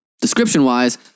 description-wise